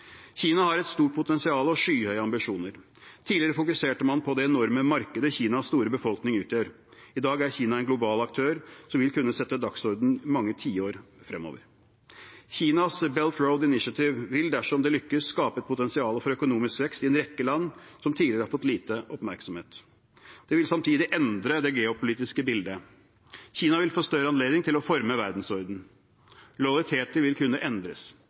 Kina har et stort potensial og skyhøye ambisjoner. Tidligere fokuserte man på det enorme markedet Kinas store befolkning utgjør, i dag er Kina en global aktør som vil kunne sette dagsorden i mange tiår fremover. Kinas «Belt and Road Initiative» vil dersom det lykkes, skape et potensial for økonomisk vekst i en rekke land som tidligere har fått lite oppmerksomhet. Det vil samtidig endre det geopolitiske bildet. Kina vil få større anledning til å forme verdensordenen. Lojaliteter vil kunne endres.